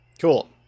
Cool